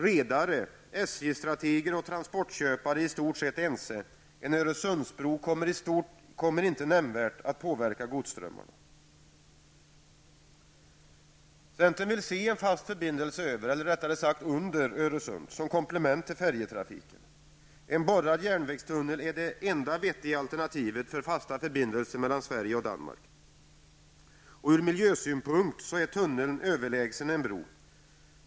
Redare, SJ-strateger och transportköpare är i stort sett ense: En Öresundsbro kommer inte nämnvärt att påverka godsströmmarna. Centern vill se en fast förbindelse över, eller rättare sagt under, Öresund som komplement till färjetrafiken. En borrad järnvägstunnel är det enda vettiga alternativet för fasta förbindelser mellan Sverige och Danmark. Ur miljösynpunkt är tunneln överlägsen en bro.